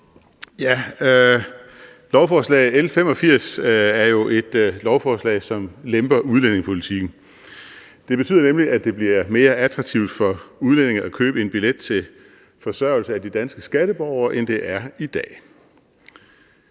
Lovforslag L 85 er jo et lovforslag, som lemper udlændingepolitikken. Det betyder nemlig, at det bliver mere attraktivt for udlændinge at købe en billet til forsørgelse af de danske skatteborgere, end det er i dag.